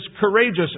courageous